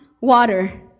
water